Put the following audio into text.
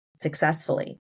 successfully